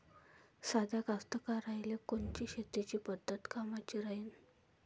साध्या कास्तकाराइले कोनची शेतीची पद्धत कामाची राहीन?